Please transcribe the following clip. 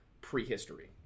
prehistory